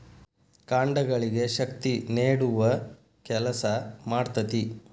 ಕಾಂಡಗಳಿಗೆ ಶಕ್ತಿ ನೇಡುವ ಕೆಲಸಾ ಮಾಡ್ತತಿ